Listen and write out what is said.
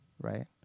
right